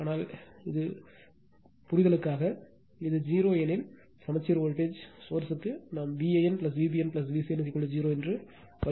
ஆனால் இதேபோன்ற புரிதலுக்காக இதேபோல் இது 0 எனில் சமச்சீர் வோல்ட்டேஜ் சோர்ஸ் ற்கு நாம் Van Vbn Vcn 0 என்று வைத்துக்கொள்வோம்